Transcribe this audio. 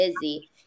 busy